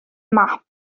map